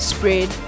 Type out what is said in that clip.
Spread